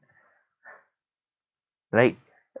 like